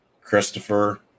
Christopher